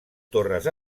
torres